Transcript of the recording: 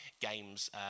games